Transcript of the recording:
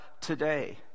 today